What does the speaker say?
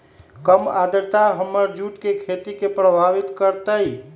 कम आद्रता हमर जुट के खेती के प्रभावित कारतै?